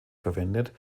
verwendet